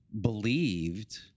believed